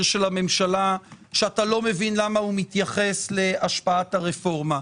של הממשלה שאינך מבין למה הוא מתייחס להשפעת הרפורמה.